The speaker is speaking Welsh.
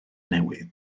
newydd